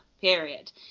period